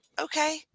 okay